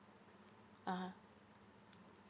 (uh huh)